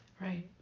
Right